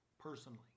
personally